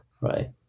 right